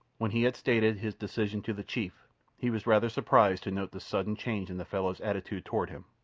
when he had stated his decision to the chief he was rather surprised to note the sudden change in the fellow's attitude toward him.